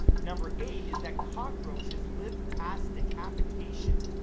number eight is that cockroaches live past decapitation.